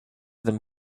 them